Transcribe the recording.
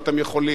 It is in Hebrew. אם אתם יכולים.